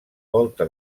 volta